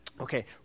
Okay